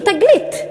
זו תגלית,